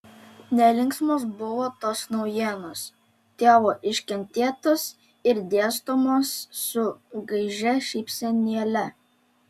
nelinksmos buvo tos naujienos tėvo iškentėtos ir dėstomos su gaižia šypsenėle